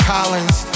Collins